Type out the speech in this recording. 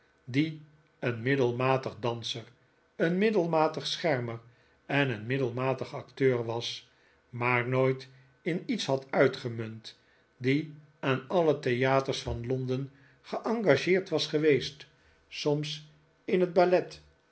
die een middelmatig danser een middelmatig schermer en een middelmatig acteur was maar nooit in iets had uitgemunt die aan alle theaters van londen geengageerd was geweest soms in het ballet